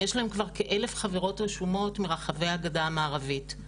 יש להן כבר כ-1,000 חברות רשומות מרחבי הגדה המערבית.